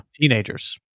teenagers